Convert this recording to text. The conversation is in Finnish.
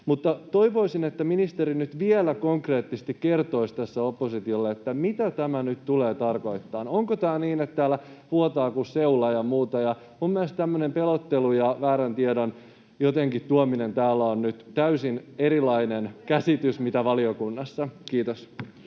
Mutta toivoisin, että ministeri nyt vielä konkreettisesti kertoisi tässä oppositiolle, mitä tämä nyt tulee tarkoittamaan. Onko niin, että täällä vuotaa kuin seula ja muuta? Minun mielestäni tämmöinen pelottelu ja jotenkin väärän tiedon tuominen... Täällä on tästä nyt täysin erilainen käsitys kuin valiokunnassa. — Kiitos.